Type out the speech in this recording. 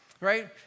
right